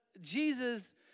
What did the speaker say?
Jesus